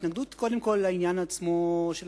היא התנגדות קודם כול לעניין עצמו של